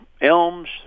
elms